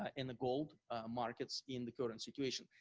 ah in the gold markets in the current situation.